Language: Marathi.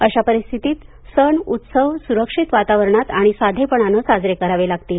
अशा परिस्थितीत सण उत्सव सुरक्षित वातावरणात आणि साधेपणाने साजरे करावे लागतील